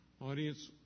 Audience